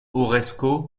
horresco